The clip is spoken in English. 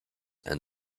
and